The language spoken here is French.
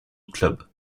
clube